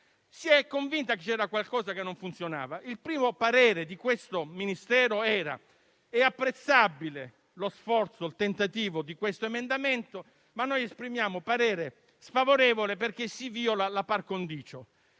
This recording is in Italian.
si è convinta che vi fosse qualcosa che non funzionava. Il primo parere di questo Ministero era che fosse apprezzabile lo sforzo, il tentativo di questo emendamento, ma esprimeva parere sfavorevole perché si viola la *par condicio.*